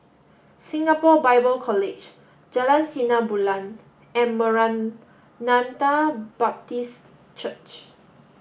Singapore Bible College Jalan Sinar Bulan and Maranatha Baptist Church